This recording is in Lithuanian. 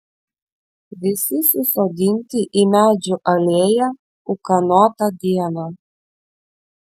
visi susodinti į medžių alėją ūkanotą dieną